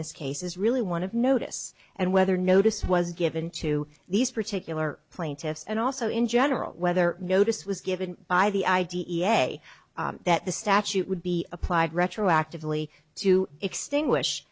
this case is really one of notice and whether notice was given to these particular plaintiffs and also in general whether notice was given by the i d e a that the statute would be applied retroactively to extinguish